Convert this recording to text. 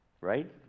right